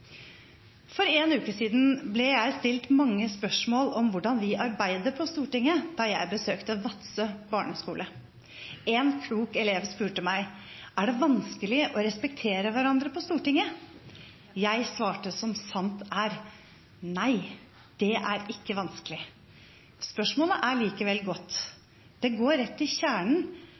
For én uke siden ble jeg stilt mange spørsmål om hvordan vi arbeider på Stortinget, da jeg besøkte Vadsø barneskole. En klok elev spurte meg: Er det vanskelig å respektere hverandre på Stortinget? Jeg svarte som sant er: Nei, det er ikke vanskelig. Spørsmålet er likevel godt. Det går rett til kjernen